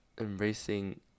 embracing